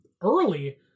early